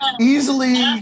easily